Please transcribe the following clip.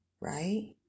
right